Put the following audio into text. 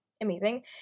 amazing